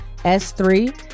S3